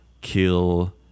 kill